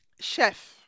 Chef